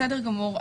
בסדר גמור.